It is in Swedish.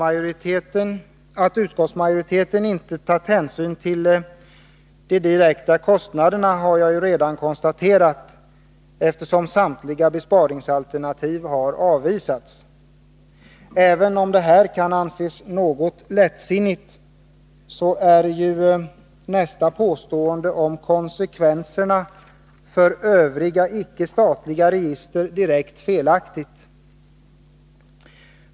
Att utskottsmajoriteten inte tagit hänsyn till de direkta kostnaderna har jag redan konstaterat då jag angivit att samtliga besparingsalternativ har avvisats. Om detta kan anses något lättsinnigt är ju nästa påstående, om konsekvenserna för övriga icke statliga register, dock direkt felaktigt.